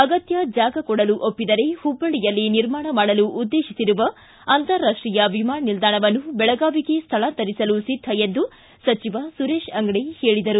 ಅಗತ್ಯ ಜಾಗ ಕೊಡಲು ಒಪ್ಪಿದರೆ ಹುಬ್ಬಳ್ಳಯಲ್ಲಿ ನಿರ್ಮಾಣ ಮಾಡಲು ಉದ್ದೇಶಿಸಿರುವ ಅಂತಾರಾಷ್ಷೀಯ ವಿಮಾನ ನಿಲ್ದಾಣವನ್ನು ಬೆಳಗಾವಿಗೆ ಸ್ಥಳಾಂತರಿಸಲು ಸಿದ್ಧ ಎಂದು ಸಚಿವ ಸುರೇಶ ಅಂಗಡಿ ಹೇಳಿದರು